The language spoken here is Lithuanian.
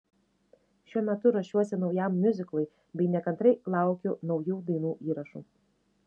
šiuo metu ruošiuosi naujam miuziklui bei nekantriai laukiu naujų dainų įrašų